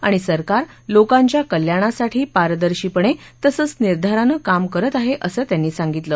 आणि सरकार लोकांच्या कल्यांणासाठी पारदर्शीपणे तसंच निर्धारानं काम करत आहे असं त्यांनी सांगितलं